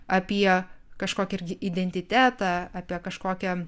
apie kažkokį irgi identitetą apie kažkokią